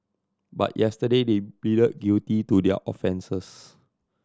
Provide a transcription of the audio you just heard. but yesterday they pleaded guilty to their offences